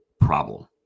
problem